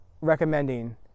recommending